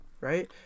right